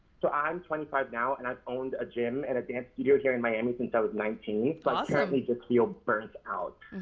so i'm twenty five now and i've owned a gym and a dance studio here in miami since i was nineteen, but currently just feel burnt out.